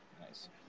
Nice